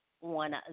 one